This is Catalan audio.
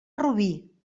rubí